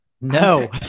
No